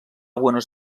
buenos